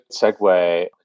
segue